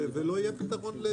ולא יהיה פתרון.